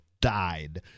died